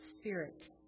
spirit